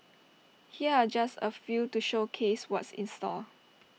here are just A few to showcase what's in store